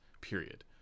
period